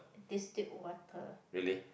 distilled water